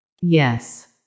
Yes